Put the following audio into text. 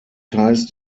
heißt